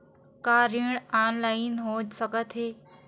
का ऋण ऑनलाइन हो सकत हे?